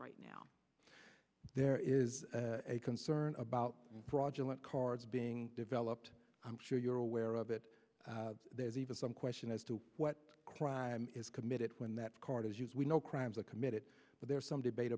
right now there is a concern about fraudulent cards being developed i'm sure you're aware of it there's even some question as to what crime is committed when that card is use we know crimes are committed but there's some debate